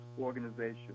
organization